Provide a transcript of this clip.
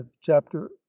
chapter